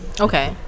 Okay